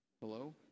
Hello